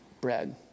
bread